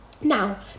Now